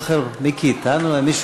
מיקי איתן אולי,